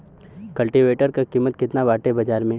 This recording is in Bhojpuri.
कल्टी वेटर क कीमत केतना बाटे बाजार में?